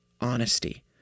honesty